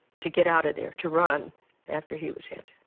to get out of there, to run after he was hit.